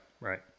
Right